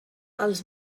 els